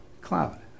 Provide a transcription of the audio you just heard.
cloud